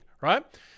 right